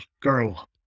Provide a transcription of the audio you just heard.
girl